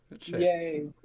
yay